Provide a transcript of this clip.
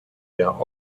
der